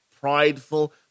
prideful